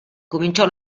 cominciò